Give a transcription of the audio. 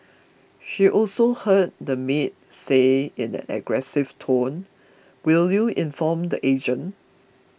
she also heard the maid say in an aggressive tone will you inform the agent